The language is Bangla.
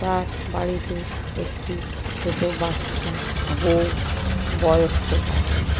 তার বাড়িতে একটি ছোট বাচ্চা বউ বয়স্ক বাবা মা